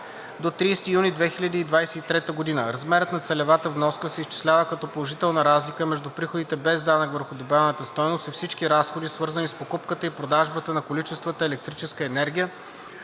до 30 юни 2023 г. Размерът на целевата вноска се изчислява като положителна разлика между приходите без данък върху добавената стойност и всички разходи, свързани с покупката и продажбата на количествата електрическа енергия,